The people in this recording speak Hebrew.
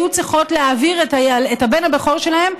היו צריכות להעביר את הבן הבכור שלהן,